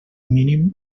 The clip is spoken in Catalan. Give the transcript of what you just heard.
mínim